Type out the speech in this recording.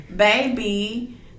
Baby